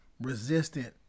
resistant